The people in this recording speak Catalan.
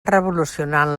revolucionant